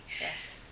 Yes